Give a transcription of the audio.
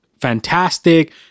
fantastic